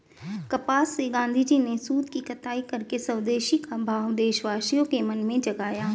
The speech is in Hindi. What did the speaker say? कपास से गाँधीजी ने सूत की कताई करके स्वदेशी का भाव देशवासियों के मन में जगाया